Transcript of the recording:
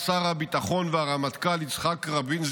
שר הביטחון והרמטכ"ל יצחק רבין,